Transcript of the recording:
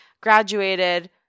Graduated